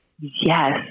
Yes